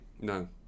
no